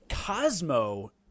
Cosmo